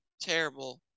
terrible